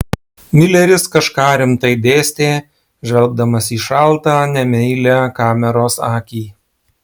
mileris kažką rimtai dėstė žvelgdamas į šaltą nemeilią kameros akį